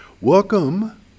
Welcome